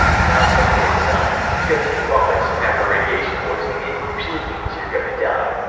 not a good sign, because if you vomit soon after radiation poisoning it usually means you are going to die.